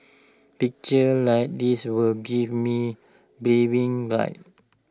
pictures like this will give me bragging rights